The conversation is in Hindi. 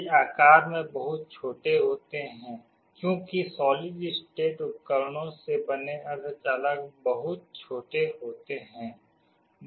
ये आकार में बहुत छोटे होते हैं क्योंकि सॉलिड स्टेट उपकरणों से बने अर्धचालक बहुत छोटे होते हैं